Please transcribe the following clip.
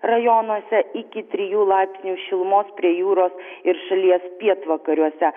rajonuose iki trijų laipsnių šilumos prie jūros ir šalies pietvakariuose